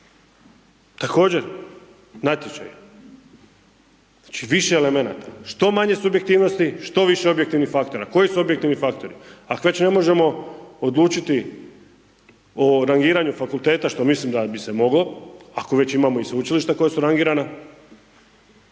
Također natječaj, znači više elemenata što manje subjektivnosti što više objektivnih faktora. Koji su objektivni faktori? Ak već ne možemo odlučiti o rangiranju fakulteta, što mislim da bi se moglo, ako već imamo i sveučilišta koja su rangirana,